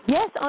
Yes